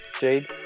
jade